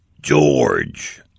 George